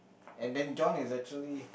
and then John is actually